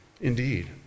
indeed